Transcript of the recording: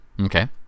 okay